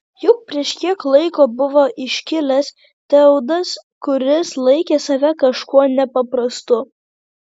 juk prieš kiek laiko buvo iškilęs teudas kuris laikė save kažkuo nepaprastu